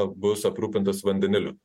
bus aprūpintas vandeniliu